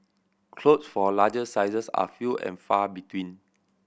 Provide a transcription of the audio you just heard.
clothes for larger sizes are few and far between